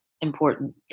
important